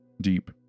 Deep